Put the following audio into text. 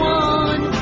one